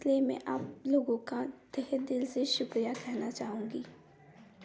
इसलिए मैं आप लोगों का तहे दिल से शुक्रिया कहना चाहूँगी